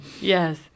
Yes